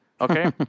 Okay